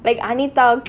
like anti thug